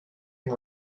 and